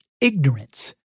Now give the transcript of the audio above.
Ignorance